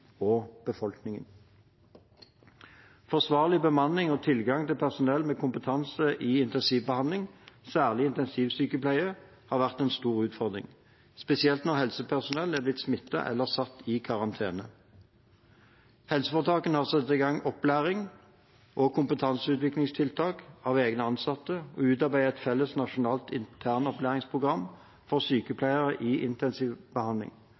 og befolkningen. Forsvarlig bemanning og tilgang til personell med kompetanse i intensivbehandling, særlig intensivsykepleiere, har vært en stor utfordring, spesielt når helsepersonell er blitt smittet eller satt i karantene. Helseforetakene har satt i gang opplæring og kompetanseutviklingstiltak av egne ansatte og utarbeider et felles nasjonalt internopplæringsprogram for sykepleiere i